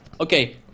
okay